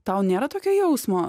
tau nėra tokio jausmo